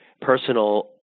personal